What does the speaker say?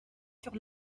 sur